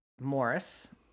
Morris